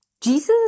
Jesus